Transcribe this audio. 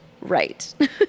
right